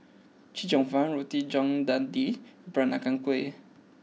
Chee Cheong Fun Roti John Daging Peranakan Kueh